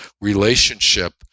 relationship